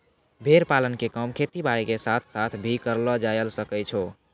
भेड़ पालन के काम खेती बारी के साथ साथ भी करलो जायल सकै छो